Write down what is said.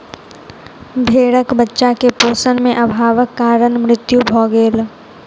भेड़क बच्चा के पोषण में अभावक कारण मृत्यु भ गेल